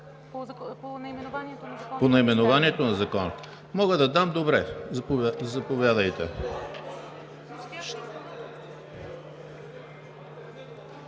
По наименованието на Закона? Мога да дам, добре. Заповядайте.